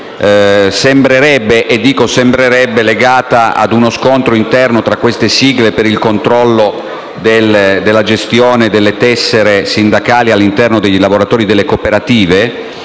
rimane misteriosa (sembrerebbe legata ad uno scontro interno tra queste sigle per il controllo della gestione delle tessere sindacali all'interno dei lavoratori delle cooperative),